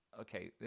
Okay